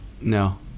No